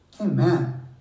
Amen